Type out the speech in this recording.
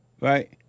Right